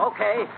Okay